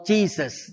Jesus